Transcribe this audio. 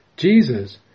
Jesus